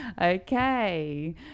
Okay